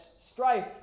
strife